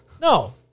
No